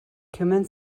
kümmern